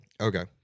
Okay